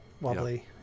wobbly